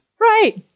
Right